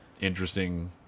interesting